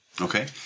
Okay